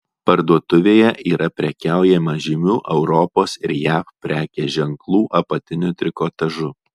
parduotuvėje yra prekiaujama žymių europos ir jav prekės ženklų apatiniu trikotažu